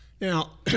Now